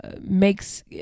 makes